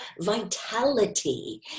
vitality